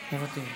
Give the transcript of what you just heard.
מוותרת,